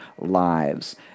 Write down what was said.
lives